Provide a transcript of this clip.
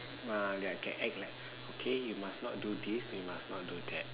ah then I can act like okay you must not do this you must not do that